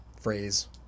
phrase